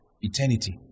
eternity